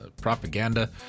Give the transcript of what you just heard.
propaganda